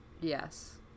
Yes